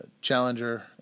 challenger